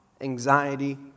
anxiety